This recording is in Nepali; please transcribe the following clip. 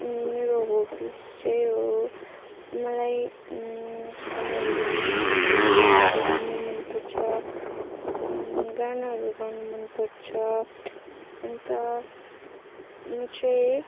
अनि मेरो हबिस चाहिँ हो मलाई खानाहरू बनाउनु मनपर्छ घुम्नु मनपर्छ गानाहरू गाउनु मनपर्छ अन्त म चाहिँ